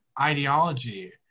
ideology